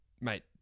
mate